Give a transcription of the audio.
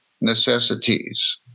necessities